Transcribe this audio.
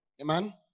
Amen